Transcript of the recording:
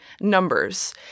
numbers